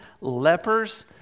lepers